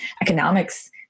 economics